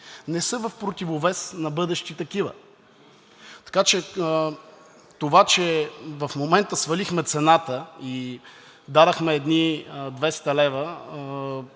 не са в противовес на бъдещи такива. Така че това, че в момента свалихме цената и дадохме едни 200 лв.